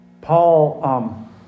Paul